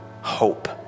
hope